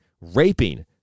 raping